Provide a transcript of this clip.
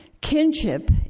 Kinship